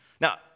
Now